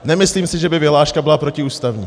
Nemyslím si, že by vyhláška byla protiústavní.